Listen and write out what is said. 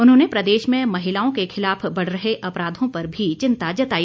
उन्होंने प्रदेश में महिलाओं के खिलाफ बढ़ रहे अपराधों पर भी चिंता जताई